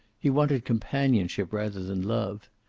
he wanted companionship rather than love.